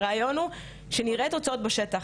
הרעיון הוא שנראה תוצאות בשטח.